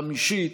חמישית,